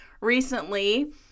recently